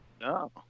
No